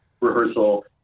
rehearsal